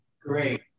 Great